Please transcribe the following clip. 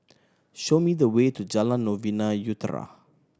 show me the way to Jalan Novena Utara